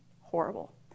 horrible